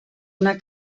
una